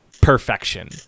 perfection